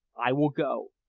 i will go.